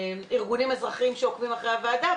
ארגונים אזרחיים שעוקבים אחרי הוועדה,